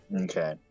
Okay